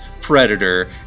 Predator